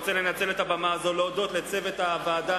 אני רוצה לנצל את הבמה הזאת להודות לצוות הוועדה